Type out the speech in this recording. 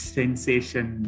sensation